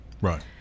Right